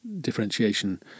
differentiation